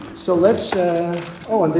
so let's oh, and